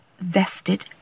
vested